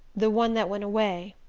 the one that went away.